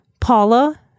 Paula